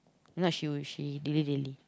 if not she would she dilly-dally